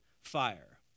fire